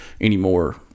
anymore